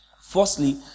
Firstly